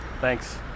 thanks